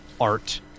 art